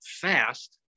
fast